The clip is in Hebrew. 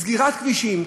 סגירת כבישים,